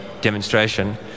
demonstration